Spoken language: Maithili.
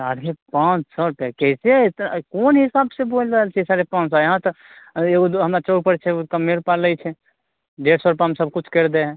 साढ़े पाॅंच सए रुपैआ कैसे तऽ कोन हिसाब से बोल रहल छी साढ़े पाॅंज सए यहाँ तऽ एगो दो हमरा चौक पर छै ओ कम रूपा लै छै डेढ़ सए रूपामे सब किछु कैरि दे हइ